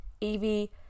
Evie